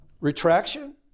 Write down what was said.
retraction